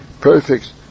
perfect